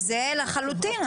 זה לחלוטין.